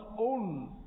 own